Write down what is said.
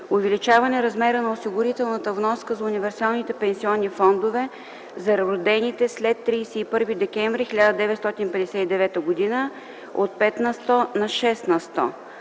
увеличаване размера на осигурителната вноска за универсалните пенсионни фондове за родените след 31 декември 1959 г. от 5 на сто на 6 на сто;